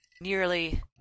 nearly